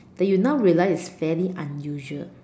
that now you realize is fairly unusual